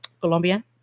Colombia